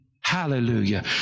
hallelujah